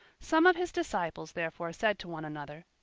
some of his disciples therefore said to one another,